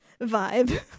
vibe